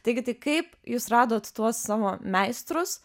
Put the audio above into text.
taigi tai kaip jūs radot tuos savo meistrus